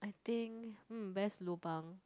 I think mm best lobang